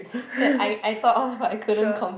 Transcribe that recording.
sure